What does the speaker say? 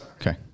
okay